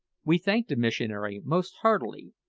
we thanked the missionary most heartily,